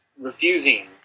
refusing